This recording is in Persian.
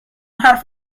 حرف